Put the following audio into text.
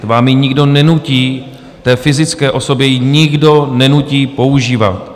Vám ji nikdo nenutí, té fyzické osobě ji nikdo nenutí používat.